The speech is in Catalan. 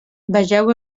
vegeu